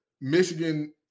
Michigan